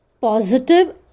positive